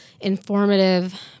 informative